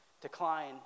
decline